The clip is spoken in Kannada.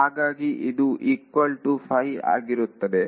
ಹಾಗಾಗಿ ಇದು ಈಕ್ವಲ್ ಟು 5 ಆಗುತ್ತದ